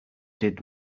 did